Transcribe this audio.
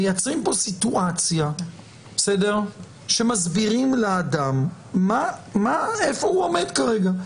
מייצרים פה סיטואציה שמסבירים לאדם איפה הוא עומד כרגע.